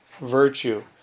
Virtue